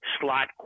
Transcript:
slot